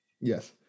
Yes